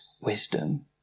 wisdom